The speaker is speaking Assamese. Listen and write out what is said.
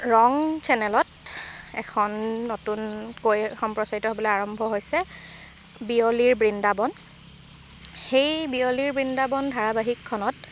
ৰং চেনেলত এখন নতুনকৈ সম্প্ৰচাৰিত হ'বলৈ আৰম্ভ হৈছে বিয়লিৰ বৃন্দাবন সেই বিয়লিৰ বৃন্দাবন ধাৰাবাহিকখনত